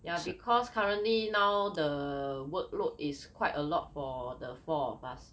ya because currently now the workload is quite a lot for the four of us